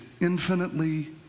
infinitely